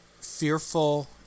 fearful